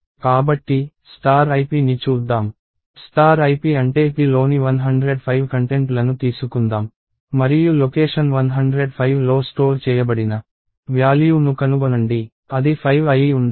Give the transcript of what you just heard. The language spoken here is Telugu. కాబట్టి ip ని చూద్దాం ip అంటే pలోని 105 కంటెంట్లను తీసుకుందాం మరియు లొకేషన్ 105లో స్టోర్ చేయబడిన వ్యాల్యూ ను కనుగొనండి అది 5 అయి ఉండాలి